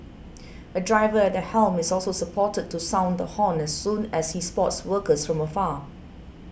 a driver at the helm is also supported to sound the horn as soon as he spots workers from afar